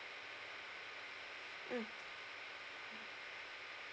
mm